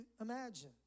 imagine